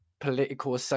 political